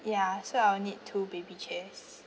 ya so I'll need two baby chairs